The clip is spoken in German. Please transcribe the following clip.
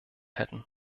hätten